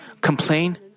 complain